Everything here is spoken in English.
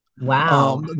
Wow